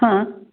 हां